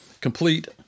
complete